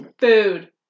Food